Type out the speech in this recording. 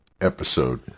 episode